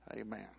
Amen